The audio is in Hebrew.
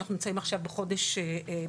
אנחנו נמצאים עכשיו בחודש יולי,